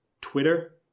Twitter